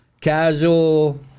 casual